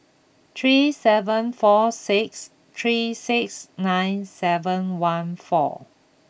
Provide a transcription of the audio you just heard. three seven four six three six nine seven one four